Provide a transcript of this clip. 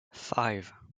five